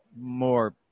more